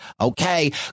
Okay